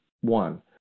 one